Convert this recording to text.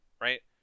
right